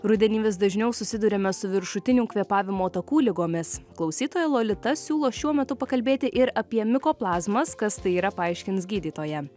rudenį vis dažniau susiduriame su viršutinių kvėpavimo takų ligomis klausytoja lolita siūlo šiuo metu pakalbėti ir apie mikoplazmas kas tai yra paaiškins gydytoja